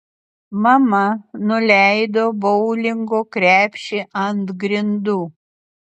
mama nuleido boulingo krepšį ant grindų